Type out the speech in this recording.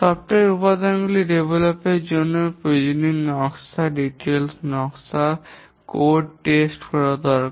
software উপাদানগুলি উন্নত এর জন্য প্রয়োজনীয় নকশা বিস্তারিত নকশা কোড পরীক্ষা করা দরকার